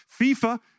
FIFA